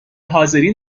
حاضرین